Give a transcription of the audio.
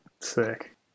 Sick